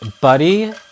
Buddy